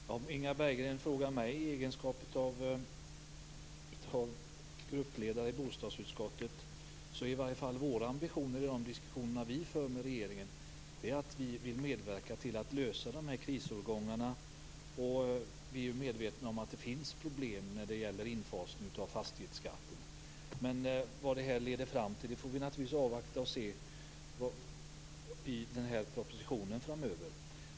Fru talman! Om Inga Berggren frågar mig i egenskap av gruppledare i bostadsutskottet, vill jag säga att vår ambition i de diskussioner vi för med regeringen är att vi vill medverka till att lösa problemen med krisårgångarna. Vi är medvetna om att det finns problem när det gäller infasningen av fastighetsskatten. Vi får naturligtvis avvakta och se vad det här leder fram till i propositionen framöver.